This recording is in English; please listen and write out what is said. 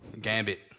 gambit